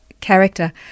character